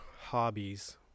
hobbies